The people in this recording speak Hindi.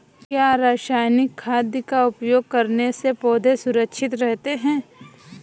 क्या रसायनिक खाद का उपयोग करने से पौधे सुरक्षित रहते हैं?